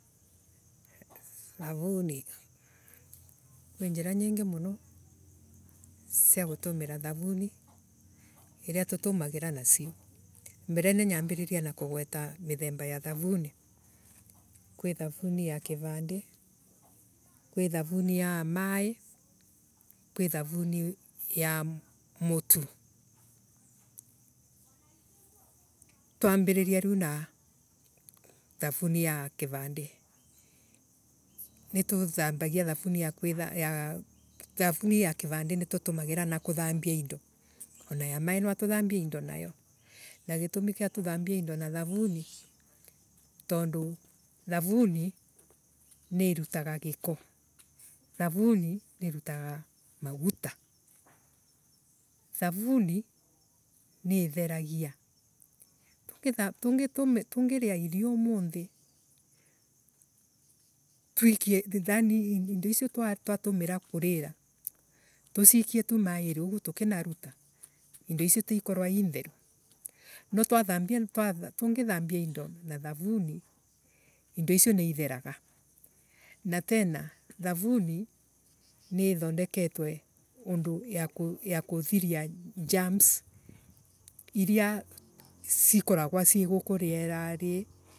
Thavuni kwinjira nyingi muno cia gutumira thavuni iria tutumagira nacio. Mbere ni nyambiriria na kugweta mikthemba ya thavuni. Kwi thavuni ya kivanoke kwi thavuni ya maii. kwi thavuni ya mutu. Nitwambiri riu na thavuni ya kivande. Nituthambagia thavuni ya. Thavuni ya kivande nitutumagira na kuthambia indo. ana ya maii natutumire kuthambi indo. Na gitumi tuthambie indo na thamuni nitondu. thavuni ni irutaga giko. Thavuni ni irutaga maguta. Thavuni ni itheragia. Tungiriia irio umunthi tuikie thani indo icio twa twatumira kurira tucikie tu mairi uguo tukinaruta indo icio tikorwa itheru no twathambia Tungithambia indo na thavuni indo icio ni itheraga. Na tena thavuni ni ithondeketwe undu wa kuthiria germs iria ikoragwa ii guku yerarii